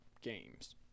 games